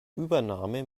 übernahme